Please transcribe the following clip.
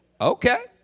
okay